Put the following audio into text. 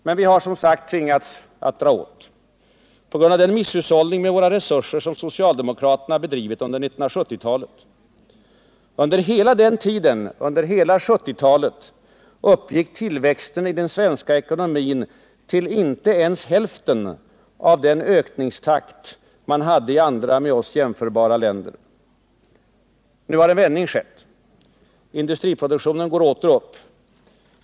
Men vi har som sagt tvingats att dra åt, på grund av den misshushållning med våra resurser som socialdemokraterna bedrivit under 1970-talet. Under hela 1970-talet uppgick tillväxten i den svenska ekonomin till inte ens hälften av den ökningstakt man hade i andra, med vårt land jämförbara länder. Nu har en vändning skett. Industriproduktionen går åter uppåt.